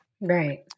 Right